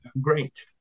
great